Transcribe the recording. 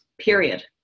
period